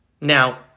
Now